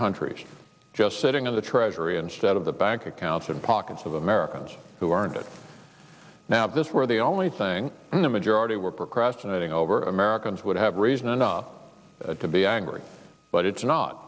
countries just sitting in the treasury instead of the bank accounts and pockets of americans who aren't it now this were the only thing the majority were procrastinating over americans would have reason enough to be angry but it's